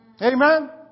Amen